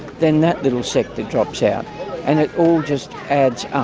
then that little sector drops out and it all just adds up.